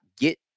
get